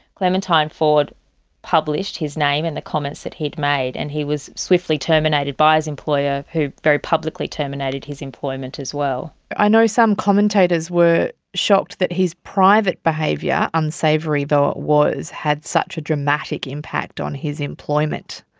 clementine ford published his name and the comments that he had made and he was swiftly terminated by his employer who very publicly terminated his employment as well. i know some commentators were shocked that his private behaviour, unsavoury though it was, had such a dramatic impact on his employment.